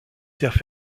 terres